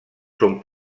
són